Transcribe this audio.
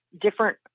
different